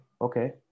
Okay